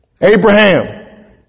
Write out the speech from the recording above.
Abraham